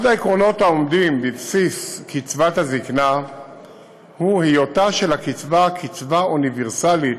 אחד העקרונות העומדים בבסיס קצבת הזקנה הוא היותה קצבה אוניברסלית,